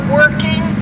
working